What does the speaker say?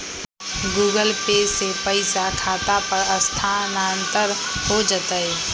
Google Pay से पईसा खाता पर स्थानानंतर हो जतई?